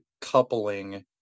coupling